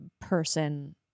person